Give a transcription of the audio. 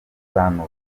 bantu